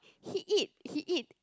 he eat he eat